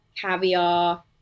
caviar